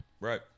Right